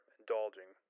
indulging